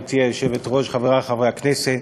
גברתי היושבת-ראש, תודה רבה, חברי חברי הכנסת,